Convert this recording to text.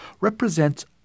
represents